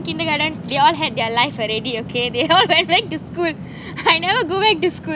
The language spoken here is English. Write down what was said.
kindergarten they all had their life already okay they are all going back to school I never go back to school